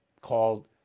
called